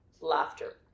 laughter